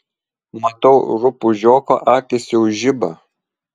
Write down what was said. matau rupūžioko akys jau žiba